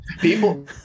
people